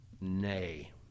Nay